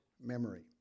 memory